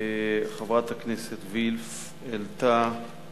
חברת הכנסת וילף העלתה על